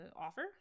offer